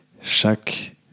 Chaque